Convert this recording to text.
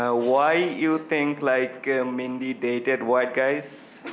ah why you think like mindy dated white guys,